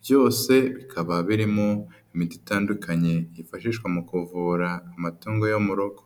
byose bikaba birimo imiti itandukanye yifashishwa mu kuvura amatungo yo mu rugo.